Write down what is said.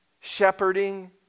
shepherding